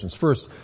First